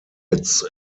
its